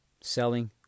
selling